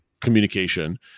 communication